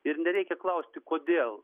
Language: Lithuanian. ir nereikia klausti kodėl